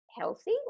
Healthy